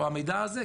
המידע הזה,